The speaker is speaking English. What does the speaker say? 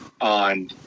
on